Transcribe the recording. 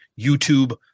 YouTube